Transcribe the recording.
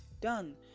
done